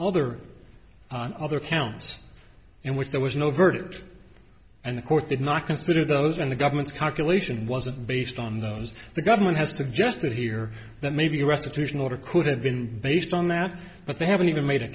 other other counts in which there was no verdict and the court did not consider those in the government's calculation wasn't based on those the government has to just sit here that maybe restitution order could have been based on that but they haven't even made